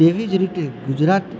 તેવી જ રીતે ગુજરાત